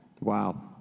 Wow